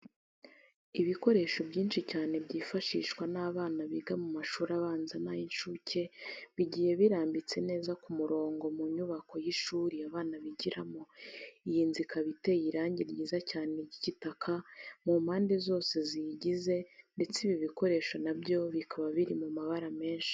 Ibikoresho byinshi cyane byifashishwa n'abana biga mu mashuri abanza n'ay'incuke, bigiye birambitse neza ku murongo mu nyubako y'ishuri abana bigiramo, iyi nzu ikaba iteye irangi ryiza cyane ry'igitaka mu mpande zose ziyigize ndetse ibi bikoresho na byo bikaba biri mu mabara menshi.